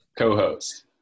co-host